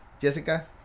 Jessica